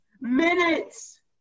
minutes